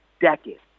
decades